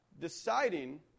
Deciding